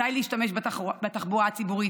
מתי להשתמש בתחבורה הציבורית?